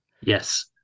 Yes